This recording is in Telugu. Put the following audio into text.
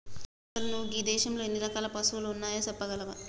అసలు నువు గీ దేసంలో ఎన్ని రకాల పసువులు ఉన్నాయో సెప్పగలవా